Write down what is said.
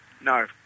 No